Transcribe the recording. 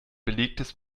belegtes